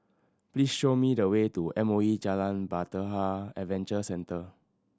please show me the way to M O E Jalan Bahtera Adventure Centre